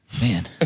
man